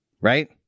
Right